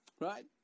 right